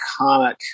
iconic